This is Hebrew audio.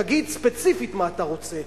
תגיד ספציפית מה אתה רוצה.